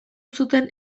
zuten